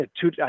two